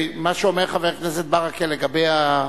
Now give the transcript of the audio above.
מה שאומר חבר הכנסת ברכה לגבי,